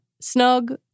Snug